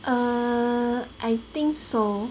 err I think so